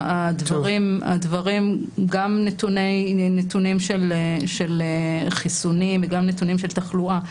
גם נתונים של חיסונים וגם נתונים של תחלואה,